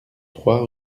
trois